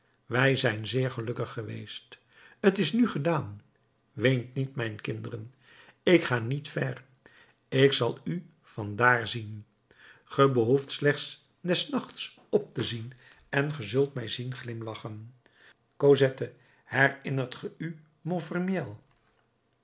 wij zijn zeer gelukkig geweest t is nu gedaan weent niet mijn kinderen ik ga niet ver ik zal u van dààr zien ge behoeft slechts des nachts op te zien en ge zult mij zien glimlachen cosette herinnert ge u montfermeil